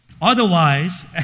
Otherwise